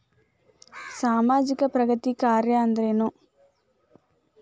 ಸಾಮಾಜಿಕ ಪ್ರಗತಿ ಕಾರ್ಯಾ ಅಂದ್ರೇನು?